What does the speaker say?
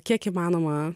kiek įmanoma